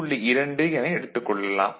2 volt என எடுத்துக் கொள்ளலாம்